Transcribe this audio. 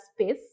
space